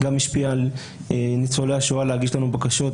גם השפיעה על ניצולי השואה להגיש לנו בקשות,